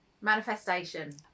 Manifestation